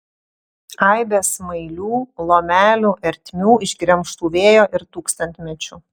aibė smailių lomelių ertmių išgremžtų vėjo ir tūkstantmečių